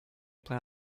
plan